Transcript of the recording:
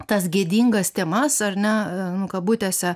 tas gėdingas temas ar ne nu kabutėse